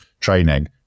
training